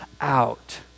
out